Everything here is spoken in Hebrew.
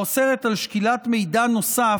האוסרת שקילת מידע נוסף,